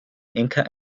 inca